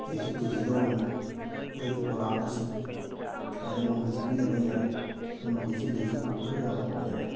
ꯂꯩꯁꯤ ꯀꯦꯖꯤꯗ ꯑꯣꯏꯅ ꯑꯗꯒꯤ ꯄꯣꯂꯥꯡꯗ ꯁꯨꯛ ꯍꯥꯏꯗꯅ ꯃꯃꯜꯁꯤ ꯄꯤꯔꯒ ꯂꯩꯅꯔꯦ ꯑꯗꯨꯅ ꯍꯧꯖꯤꯛ ꯂꯩꯁꯤ ꯄꯣꯄꯨꯂꯔ ꯌꯥꯝꯅ ꯑꯣꯏꯅꯔꯦ